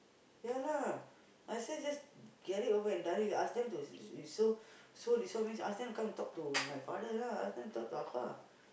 ya lah might as well just get it over and done with ask them to so so this one means ask them come talk to my father lah ask them talk to Appa